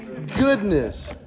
Goodness